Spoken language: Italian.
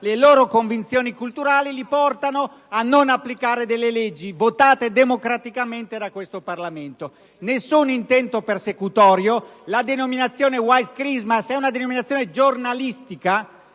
le loro convinzioni culturali li portano a non applicare delle leggi votate democraticamente dal Parlamento. Ripeto: non c'è nessun intento persecutorio. La denominazione «White Christmas» è una denominazione giornalistica